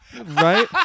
Right